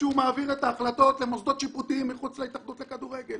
שהוא מעביר את ההחלטות למוסדות שיפוטיים מחוץ להתאחדות לכדורגל,